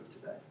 today